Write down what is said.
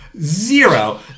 Zero